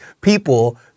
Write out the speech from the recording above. people